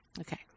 okay